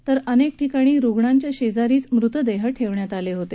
तर अनेक ठिकाणी रुग्णांच्या शेजारीच मृतदेह ठेवण्यात आले होते